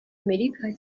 amerika